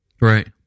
Right